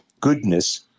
goodness